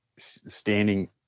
standing